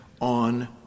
on